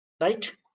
right